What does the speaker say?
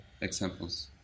examples